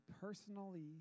personally